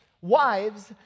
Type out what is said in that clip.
Wives